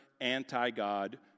anti-God